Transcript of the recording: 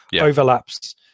overlaps